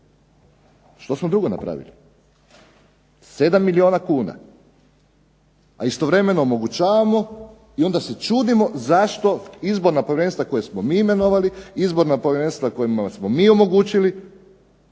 Što smo drugo napravili? 7 milijuna kuna. A istovremeno omogućavamo i onda se čudimo zašto izborna povjerenstva koja smo mi imenovali, izborna povjerenstva kojima smo mi omogućili,